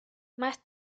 más